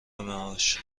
معاش